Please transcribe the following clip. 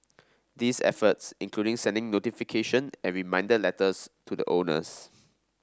these efforts include sending notification and reminder letters to the owners